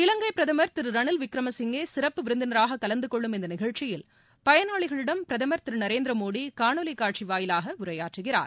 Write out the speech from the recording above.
இலங்கை பிரதமர் திரு ரணில் விக்ரமசிங்கே சிறப்பு விருந்தினராகக் கலந்து கொள்ளும் இந்த நிகழ்ச்சியில் பயனாளிகளிடம் பிரதமர் திரு நரேந்திரமோடி காணொலி காட்சி வாயிலாக உரையாற்றுகிறார்